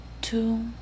two